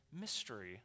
mystery